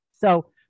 So-